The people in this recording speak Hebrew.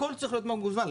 הכל צריך להיות מוגבל בזמן,